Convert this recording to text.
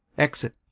exit